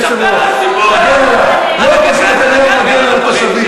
איפה שנותנים לך כיסא, אתה מוסיף לו כרית.